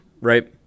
right